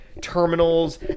terminals